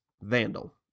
Vandal